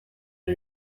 ibi